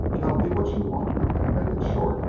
tell me what you want, and make it short,